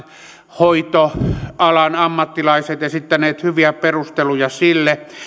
hoitoalan ammattilaiset esittäneet hyviä perusteluja sille